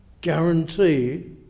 guarantee